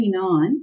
29